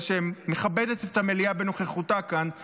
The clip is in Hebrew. שמכבדת את המליאה בנוכחותה כאן --- לא,